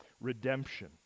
redemption